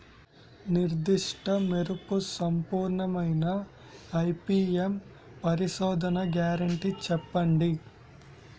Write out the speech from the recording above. నిర్దిష్ట మెరుపు సంపూర్ణమైన ఐ.పీ.ఎం పరిశోధన గ్యారంటీ చెప్పండి?